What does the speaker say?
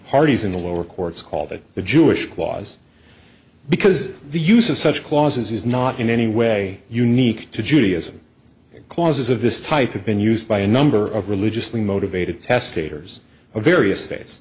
parties in the lower courts called it the jewish clause because the use of such clauses is not in any way unique to judaism clauses of this type of been used by a number of religiously motivated testator's of various